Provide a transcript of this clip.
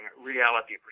reality